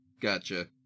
Gotcha